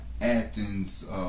Athens